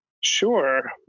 Sure